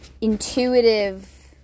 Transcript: intuitive